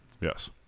Yes